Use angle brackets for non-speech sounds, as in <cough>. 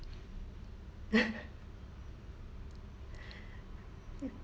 <laughs>